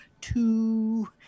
two